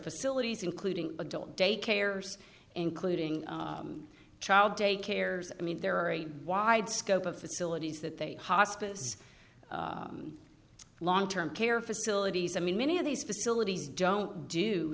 facilities including adult daycare including child daycares i mean there are a wide scope of facilities that they hospice long term care facilities i mean many of these facilities don't do